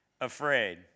afraid